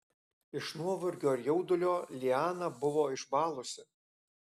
iš nuovargio ir jaudulio liana buvo išbalusi